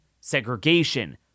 segregation